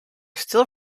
still